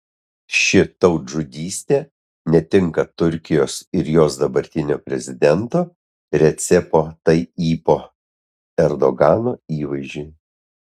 ši tautžudystė netinka turkijos ir jos dabartinio prezidento recepo tayyipo erdogano įvaizdžiui